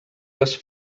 les